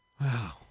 Wow